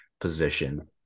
position